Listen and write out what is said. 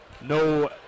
no